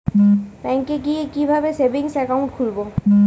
ব্যাঙ্কে গিয়ে কিভাবে সেভিংস একাউন্ট খুলব?